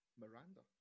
miranda